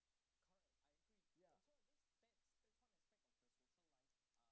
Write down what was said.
yeah